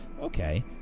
okay